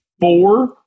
four